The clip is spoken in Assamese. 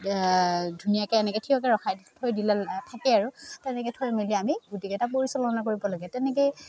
ধুনীয়াকৈ এনেকৈ থিয়কৈ ৰখাই থৈ দিলে থাকে আৰু তেনেকৈ থৈ মেলি আমি গুটিকেইটা পৰিচালনা কৰিব লাগে তেনেকৈয়ে